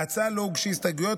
להצעה לא הוגשו הסתייגויות.